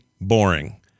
boring